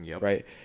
Right